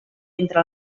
entre